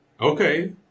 Okay